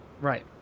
Right